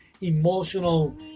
emotional